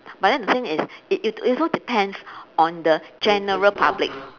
but then the thing is it it it also depends on the general public